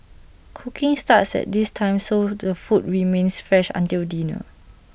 cooking starts at this time so the food remains fresh until dinner